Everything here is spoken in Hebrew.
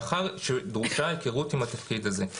מאחר שדרושה היכרות עם התפקיד הזה.